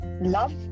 Love